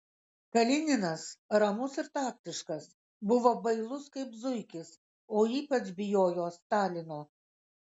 kalininas ramus ir taktiškas buvo bailus kaip zuikis o ypač bijojo stalino